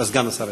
תודה לסגן השר.